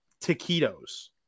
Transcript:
taquitos